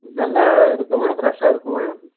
நல்லா இருக்குமா ஃப்ரஷாக இருக்குமா